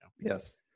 Yes